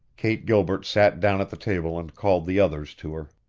kate gilbert sat down at the table and called the others to her.